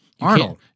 Arnold